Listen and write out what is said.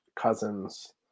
Cousins